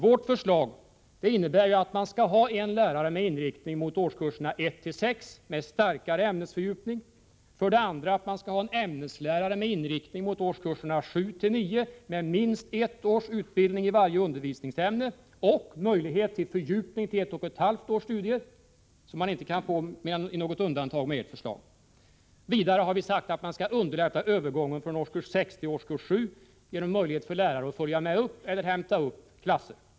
Vårt förslag innebär att man skall ha en lärare med inriktning mot årskurserna 1-6 med starkare ämnesfördjupning, att man skall ha en ämneslärare med inriktning mot årskurserna 7-9 med minst ett års utbildning i varje undervisningsämne och möjlighet till fördjupning för ett och ett halvt års studier. Det senare kan man inte få annat än i undantagsfall med ert förslag. Vidare har jag sagt att man skall underlätta övergången från årskurs 6 till årskurs 7 genom möjlighet för lärare att följa upp eller hämta upp klasser.